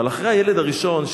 אבל אחרי הילד הראשון,